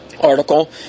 article